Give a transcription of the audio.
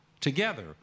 Together